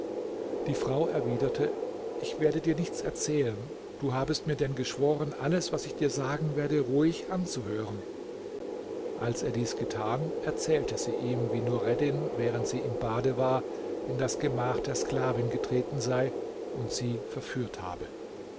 die frau erwiderte ich werde dir nichts erzählen du habest mir denn geschworen alles was ich dir sagen werde ruhig anzuhören als er dies getan erzählte sie ihm wie nureddin während sie im bade war in das gemach der sklavin getreten sei und sie verführt habe